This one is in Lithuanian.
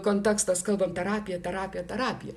kontekstas kalbam terapija terapija terapija